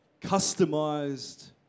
customized